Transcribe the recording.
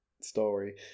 story